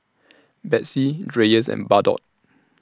Betsy Dreyers and Bardot